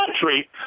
country